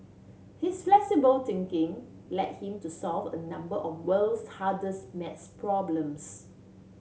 his flexible thinking led him to solve a number of world's hardest math problems